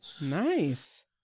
Nice